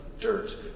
dirt